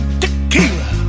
tequila